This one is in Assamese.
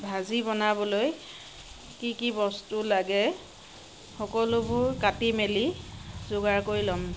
ভাজি বনাবলৈ কি কি বস্তু লাগে সকলোবোৰ কাটি মেলি যোগাৰ কৰি ল'ম